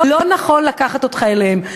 לא נכון לקחת אותך אליהם.